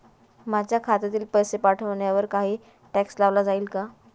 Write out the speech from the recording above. माझ्या खात्यातील पैसे पाठवण्यावर काही टॅक्स लावला जाईल का?